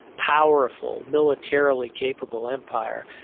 powerful militarily capable empire.